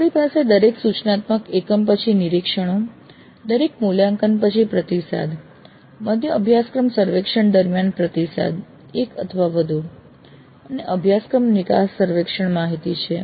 આપણી પાસે દરેક સૂચનાત્મક એકમ પછી નિરીક્ષણો દરેક મૂલ્યાંકન પછી પ્રતિસાદ મધ્ય અભ્યાસક્રમ સર્વેક્ષણ દરમિયાન પ્રતિસાદ એક અથવા વધુ અને અભ્યાસક્રમ નિકાસ સર્વેક્ષણ માહિતી છે